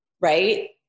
right